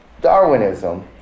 Darwinism